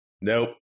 Nope